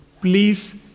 please